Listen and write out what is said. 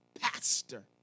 pastor